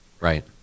Right